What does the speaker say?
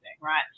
right